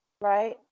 right